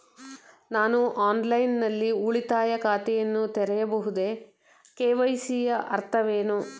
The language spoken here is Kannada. ನಾನು ಆನ್ಲೈನ್ ನಲ್ಲಿ ಉಳಿತಾಯ ಖಾತೆಯನ್ನು ತೆರೆಯಬಹುದೇ? ಕೆ.ವೈ.ಸಿ ಯ ಅರ್ಥವೇನು?